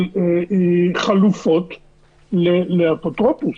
של חלופות לאפוטרופוס.